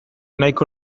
nahiko